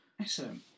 excellent